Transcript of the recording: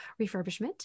refurbishment